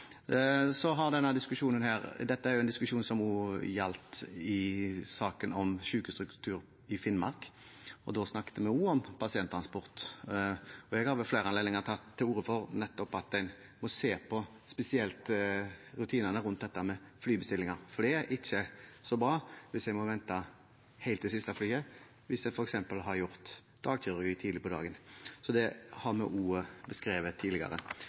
Dette er jo en diskusjon som også gjaldt i saken om sykehusstruktur i Finnmark. Da snakket vi også om pasienttransport. Jeg har ved flere anledninger tatt til orde nettopp for at en spesielt må se på rutinene rundt dette med flybestillinger, for det er ikke så bra hvis en må vente helt til det siste flyet, hvis en f.eks. har hatt dagkirurgi tidlig på dagen. Så det har vi også beskrevet tidligere.